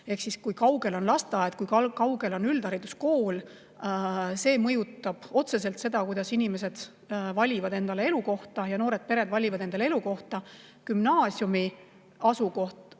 kui kaugel on lasteaed, kui kaugel on üldhariduskool, mõjutab otseselt seda, kuidas inimesed valivad endale elukohta ja kuidas ka noored pered valivad endale elukohta. Gümnaasiumi asukoht,